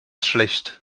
schlecht